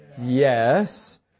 Yes